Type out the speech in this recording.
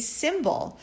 symbol